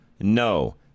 no